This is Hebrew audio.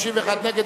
51 נגד,